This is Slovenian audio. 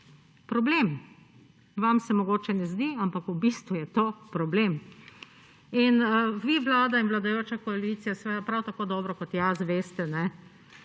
problem. Vam se mogoče ne zdi, ampak v bistvu je to problem. Vi, vlada in vladajoča koalicija, seveda prav tako dobro kot jaz veste, da